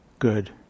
good